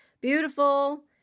beautiful